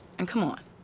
and come on,